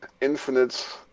infinite